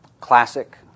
classic